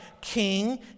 King